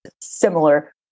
similar